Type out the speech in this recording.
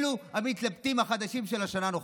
אלו המתלבטים החדשים של השנה הנוכחית.